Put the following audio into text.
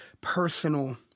personal